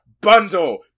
bundle